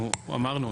אנחנו אמרנו,